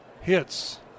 hits